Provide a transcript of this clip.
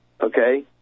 Okay